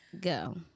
go